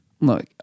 look